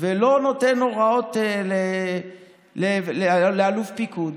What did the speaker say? ולא נותן הוראות לאלוף הפיקוד.